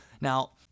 Now